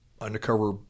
undercover